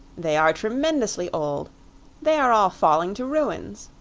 they are tremendously old they are all falling to ruins.